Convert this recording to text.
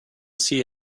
see